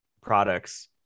products